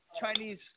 Chinese